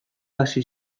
hasi